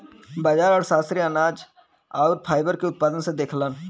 बाजार अर्थशास्त्री अनाज आउर फाइबर के उत्पादन के देखलन